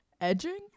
Edging